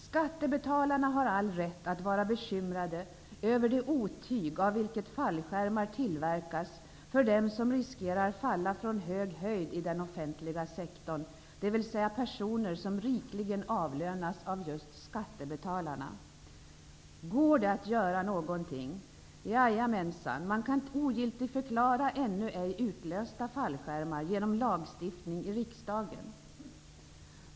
Skattebetalarna har all rätt att vara bekymrade över det otyg av vilket fallskärmar tillverkas för dem som riskerar att falla från hög höjd i den offentliga sektorn, dvs. personer som rikligen avlönas av just skattebetalarna. Går det att göra någonting? Jajamänsan. Man kan ogiltigförklara ännu ej utlösta fallskärmar genom lagstiftning i riksdagen.